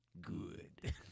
Good